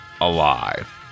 Alive